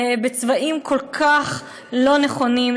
בצבעים כל כך לא נכונים,